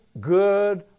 good